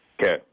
Okay